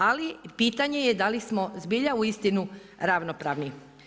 Ali pitanje je da li smo zbilja uistinu ravnopravni.